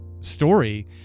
story